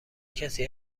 کسی